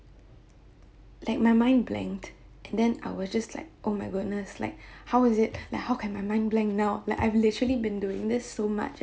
like my mind blanked and then I was just like oh my goodness like how is it like how can my mind blank now like I've literally been doing this so much